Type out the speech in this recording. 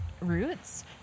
roots